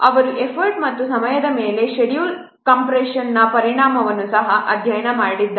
ಅವರು ಎಫರ್ಟ್ ಮತ್ತು ಸಮಯದ ಮೇಲೆ ಶೆಡ್ಯೂಲ್ ಕಂಪ್ರೆಶನ್ನ ಪರಿಣಾಮವನ್ನು ಸಹ ಅಧ್ಯಯನ ಮಾಡಿದ್ದಾರೆ